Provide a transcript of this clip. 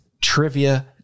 trivia